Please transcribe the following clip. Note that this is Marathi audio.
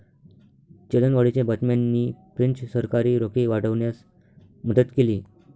चलनवाढीच्या बातम्यांनी फ्रेंच सरकारी रोखे वाढवण्यास मदत केली